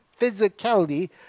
physicality